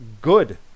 Good